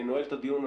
אני נועל את הדיון.